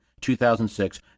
2006